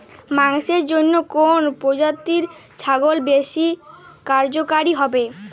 মাংসের জন্য কোন প্রজাতির ছাগল বেশি কার্যকরী হবে?